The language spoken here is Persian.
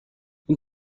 این